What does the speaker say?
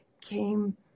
came